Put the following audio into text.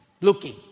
looking